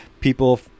people